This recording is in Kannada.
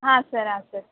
ಹಾಂ ಸರ್ ಆಂ ಸರ್